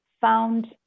found